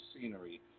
scenery